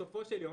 בסופו של יום,